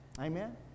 Amen